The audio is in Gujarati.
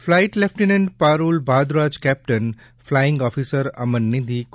flight lieutenant Parul Bhardwaj captain flying officer Aman Nidhi કો